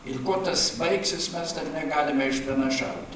ir kuo tas baigsis mes negalime išpranašaut